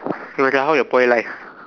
okay Macha how your Poly life